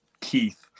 Keith